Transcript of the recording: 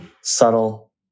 subtle